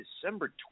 December